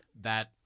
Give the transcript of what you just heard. that-